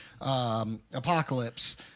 Apocalypse